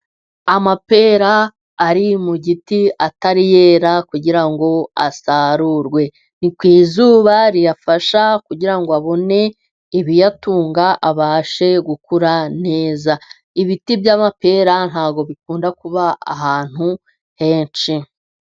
Amapera ari mu giti, atari yera kugira ngo asarurwe. Ni ku izuba riyafasha kugira ngo abone ibiyatunga, abashe gukura neza. Ibiti by'amapera ntabwo bikunda kuba ahantu henshi.